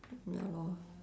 ya lor